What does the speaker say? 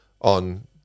on